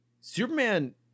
Superman